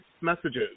messages